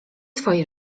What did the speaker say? twoje